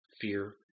fear